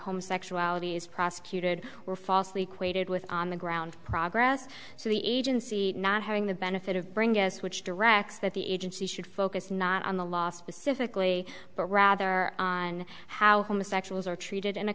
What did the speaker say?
homosexuality is prosecuted were falsely quoted with on the ground progress so the agency not having the benefit of bringing us which directs that the agency should focus not on the last pacifically but rather on how homosexuals are treated in a